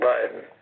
Biden